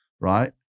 Right